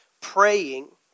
praying